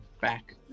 back